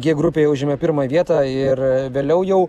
g grupėje užėmė pirmąją vietą ir vėliau jau